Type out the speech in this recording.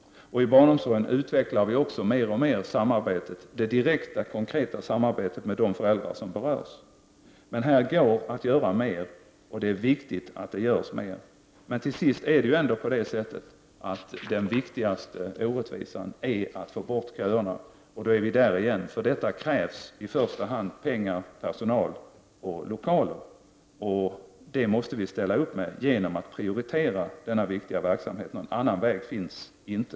I barnomsorgen utvecklar vi också mer och mer det direkta, konkreta samarbetet med de föräldrar som berörs. Men här går att göra mer, och det är viktigt att det görs mer. Men till sist är ändå den viktigaste orättvisan köerna — då är vi där igen — och för att få bort dem krävs i första hand pengar, personal och lokaler, och det måste vi ställa upp med genom att prioritera denna viktiga verksamhet. Någon annan väg finns inte.